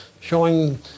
showing